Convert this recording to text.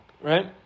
right